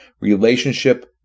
relationship